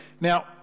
Now